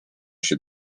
się